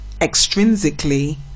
extrinsically